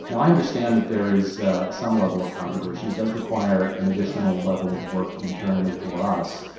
i understand that there is some level of controversy. it does require an additional level of work internally for us.